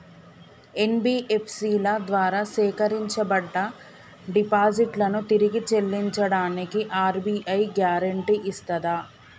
NBFC ల ద్వారా సేకరించబడ్డ డిపాజిట్లను తిరిగి చెల్లించడానికి ఆర్.బి.ఐ గ్యారెంటీ ఇస్తదా?